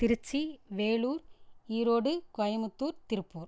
Trichy Vellore Erode Coimbatore Tiruppur